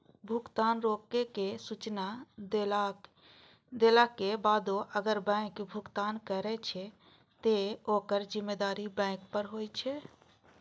भुगतान रोकै के सूचना देलाक बादो अगर बैंक भुगतान करै छै, ते ओकर जिम्मेदारी बैंक पर होइ छै